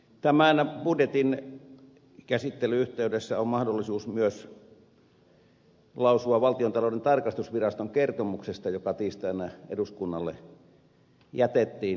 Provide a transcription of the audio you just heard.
tämän budjetin käsittelyn yhteydessä on mahdollisuus lausua myös valtiontalouden tarkastusviraston kertomuksesta joka tiistaina eduskunnalle jätettiin